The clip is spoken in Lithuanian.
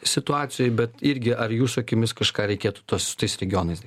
situacijoj bet irgi ar jūsų akimis kažką reikėtų tuos su tais regionais daryt